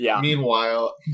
Meanwhile